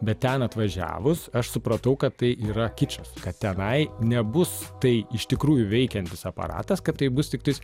bet ten atvažiavus aš supratau kad tai yra kičas kad tenai nebus tai iš tikrųjų veikiantis aparatas kad tai bus tiktais